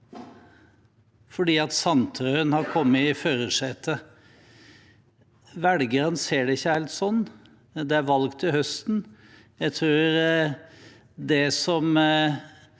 fordi Sandtrøen har kommet i førersetet. Velgerne ser det ikke helt sånn. Det er valg til høsten. Jeg tror det som